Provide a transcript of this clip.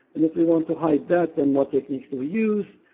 if we want to hide that then what techniques do we use?